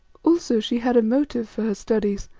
also she had a motive for her studies,